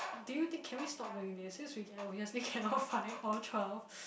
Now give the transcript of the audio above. do you think can we stop doing this since we can obviously cannot find all twelve